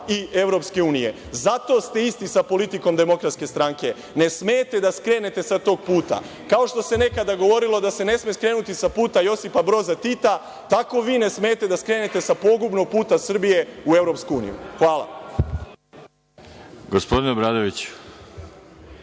Brisela i EU.Zato ste isti sa politikom DS, ne smete da skrenete sa tog puta. Kao što se nekada govorilo da se ne sme skrenuti sa puta Josipa Broza Tita, tako vi ne smete da skrenete sa pogubnog puta Srbije u EU. Hvala.